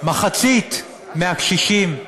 מחצית מהקשישים,